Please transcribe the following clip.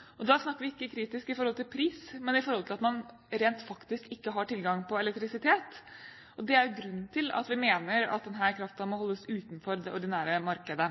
kritisk. Da snakker vi ikke kritisk i forhold til pris, men i forhold til at man rent faktisk ikke har tilgang på elektrisitet. Og det er jo grunnen til at vi mener at denne kraften må holdes utenfor det ordinære markedet.